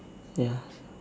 ya